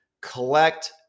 Collect